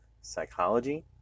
psychology